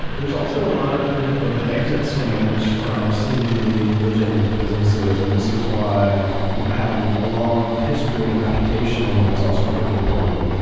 there's also a lot of of exit scams from seemingly legitimate businesses, and this is why having a long history and reputation is also pretty important.